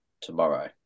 tomorrow